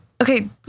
Okay